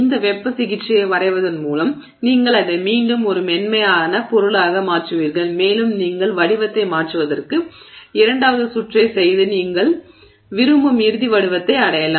இந்த வெப்ப சிகிச்சையை வரைவதன் மூலம் நீங்கள் அதை மீண்டும் ஒரு மென்மையான பொருளாக மாற்றுவீர்கள் மேலும் நீங்கள் வடிவத்தை மாற்றுவதற்கு இரண்டாவது சுற்றை செய்து நீங்கள் விரும்பும் இறுதி வடிவத்தை அடையலாம்